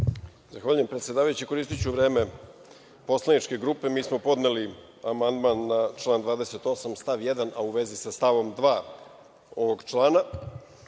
Zahvaljujem, predsedavajući. Koristiću vreme poslaničke grupe. Mi smo podneli amandman na član 28. stav 1. a u vezi sa stavom 2. ovog člana.